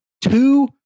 two